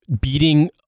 beating